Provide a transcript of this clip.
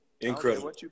incredible